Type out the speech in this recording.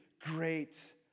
great